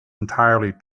entirely